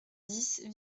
dix